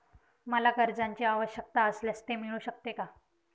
मला कर्जांची आवश्यकता असल्यास ते मिळू शकते का?